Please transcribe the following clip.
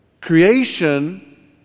Creation